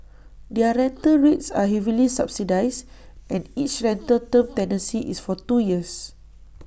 their rental rates are heavily subsidised and each rental term tenancy is for two years